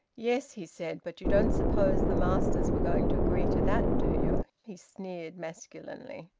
yes, he said. but you don't suppose the masters were going to agree to that, do you? he sneered masculinely.